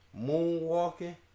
moonwalking